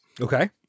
Okay